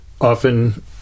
often